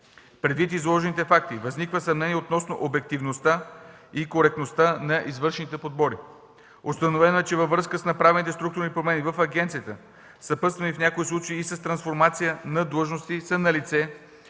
Предвид изложените факти възниква съмнение относно обективността и коректността на извършените подбори. Установено е, че във връзка с направените структурни промени в агенцията, съпътствани в някои случаи и с трансформация на длъжности, са налице